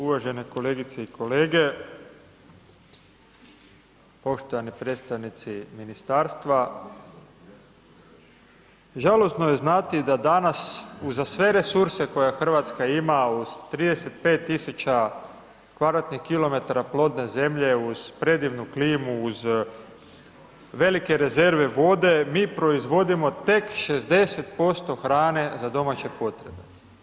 Uvažene kolegice i kolege, poštovani predstavnici ministarstva, žalosno je znati da danas uza sve resurse koje RH ima uz 35 000 kvadratnih kilometara plodne zemlje uz predivnu klimu, uz velike rezerve vode, mi proizvodimo tek 60% hrane za domaće potrebe.